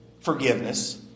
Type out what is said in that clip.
forgiveness